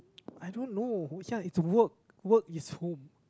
I don't know oh ya it's work work is home